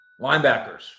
Linebackers